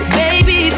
baby